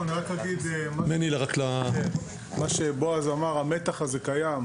אני רק אגיד, מה שבעז אמר, המתח הזה קיים,